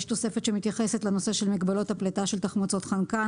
יש תוספת שמתייחסת לנושא של מגבלות הפליטה של תחמוצות חנקן,